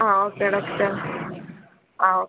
ആ okay doctor ആ okay